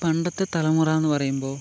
പണ്ടത്തെ തലമുറയെന്ന് പറയുമ്പോൾ